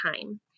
time